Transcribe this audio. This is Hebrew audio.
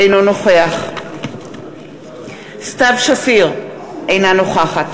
אינו נוכח סתיו שפיר, אינה נוכחת